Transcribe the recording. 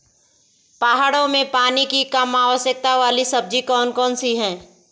पहाड़ों में पानी की कम आवश्यकता वाली सब्जी कौन कौन सी हैं?